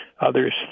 others